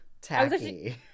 tacky